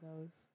goes